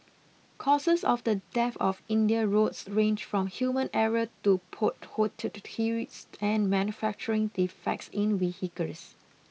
causes of the death of India's roads range from human error to potholed streets and manufacturing defects in vehicles